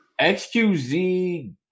XQZ